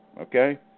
okay